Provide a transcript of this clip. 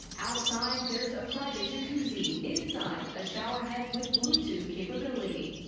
outside, there's a private jacuzzi. inside, a shower head with bluetooth capability.